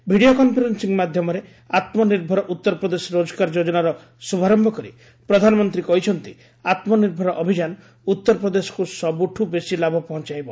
video conferencing ମାଧ୍ୟମରେ ଆତ୍ମନିର୍ଭର ଉତ୍ତରପ୍ରଦେଶ ରୋଜଗାର ଯୋଜନାର ଶୁଭାରୟ କରି ପ୍ରଧାନମନ୍ତ୍ରୀ କହିଛନ୍ତି ଆତ୍ମନିର୍ଭର ଅଭିଯାନ ଉତ୍ତରପ୍ରଦେଶକୁ ସବୁଠୁ ବେଶି ଲାଭ ପହଞ୍ଚାଇବ